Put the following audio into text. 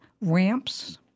ramps